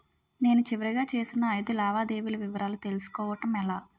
నేను చివరిగా చేసిన ఐదు లావాదేవీల వివరాలు తెలుసుకోవటం ఎలా?